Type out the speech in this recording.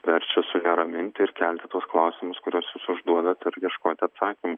verčia suneraminti ir kelti tuos klausimus kuriuos jūs užduodat ir ieškoti atsakymų